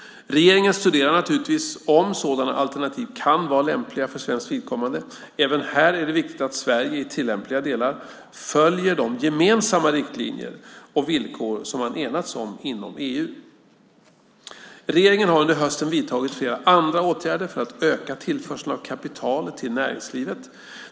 Regeringen studerar naturligtvis om sådana alternativ kan vara lämpliga för svenskt vidkommande. Även här är det viktigt att Sverige i tillämpliga delar följer de gemensamma riktlinjer och villkor som man enas om inom EU. Regeringen har under hösten vidtagit flera andra åtgärder för att öka tillförseln av kapital till näringslivet.